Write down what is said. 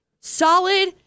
solid